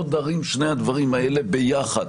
לא דרים שני הדברים האלה ביחד,